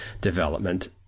development